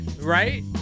right